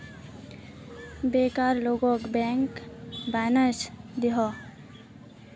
banker लोगोक bank bonus दोहों